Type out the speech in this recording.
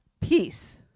peace